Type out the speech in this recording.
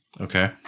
okay